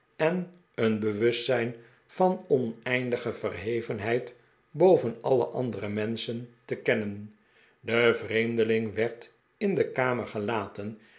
en een bewustzijn van oneindige verhevenheid boven alle andere menschen te kennen de vreemdeling werd in de kamer gelaten